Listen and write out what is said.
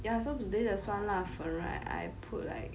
ya so today the 酸辣粉 right I put like